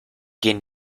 gehen